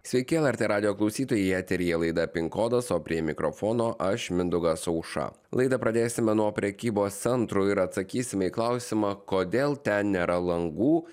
sveiki lrt radijo klausytojai eteryje laida pin kodas o prie mikrofono aš mindaugas aušra laidą pradėsime nuo prekybos centrų ir atsakysime į klausimą kodėl ten nėra langų